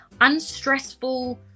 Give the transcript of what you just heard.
unstressful